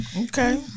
Okay